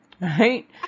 Right